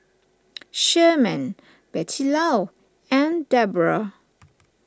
Sherman Bettylou and Debora